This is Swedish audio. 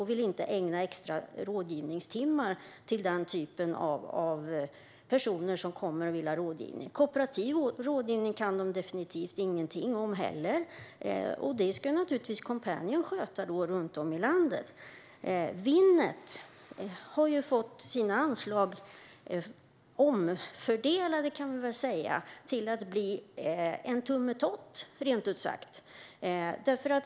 De vill inte ägna extra rådgivningstimmar till den typen av personer som kommer och vill ha rådgivning. Kooperativ rådgivning kan de definitivt ingenting om heller, och det ska naturligtvis Coompanion sköta runt om i landet. Winnet har fått sina anslag omfördelade till att bli en tummetott, rent ut sagt.